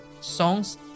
songs